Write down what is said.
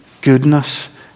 goodness